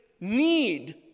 need